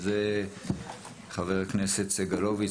ואת זה יוביל חבר הכנסת סגלוביץ',